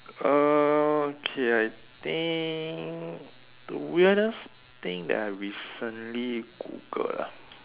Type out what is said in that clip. err okay I think the weirdest thing that I recently Googled ah